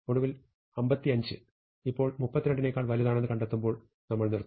ഒടുവിൽ 55 ഇപ്പോൾ 32 നേക്കാൾ വലുതാണെന്ന് കണ്ടെത്തുമ്പോൾ നമ്മൾ നിർത്തും